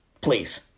please